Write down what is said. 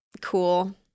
cool